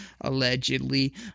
allegedly